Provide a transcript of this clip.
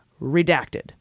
redacted